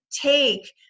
take